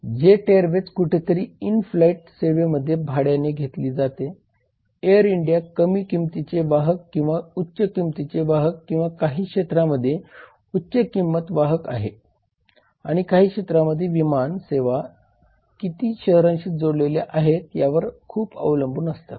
jet Airways कुठेतरी in flight सेवेमध्ये भाड्याने घेतली जाते एअर इंडिया कमी किंमतीची वाहक किंवा उच्च किंमतीची वाहक किंवा काही क्षेत्रांमध्ये उच्च किंमत वाहक आहे आणि काही क्षेत्रामध्ये विमान सेवा किती शहरांशी जोडलेल्या आहेत यावर खूप अवलंबून असतात